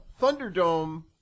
Thunderdome